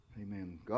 Amen